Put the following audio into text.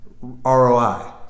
ROI